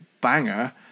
banger